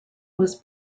was